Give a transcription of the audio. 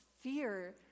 fear